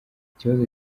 ikibazo